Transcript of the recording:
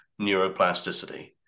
neuroplasticity